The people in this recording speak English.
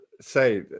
Say